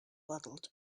waddled